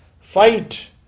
fight